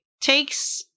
takes